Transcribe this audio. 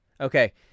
Okay